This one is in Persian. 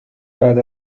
بعد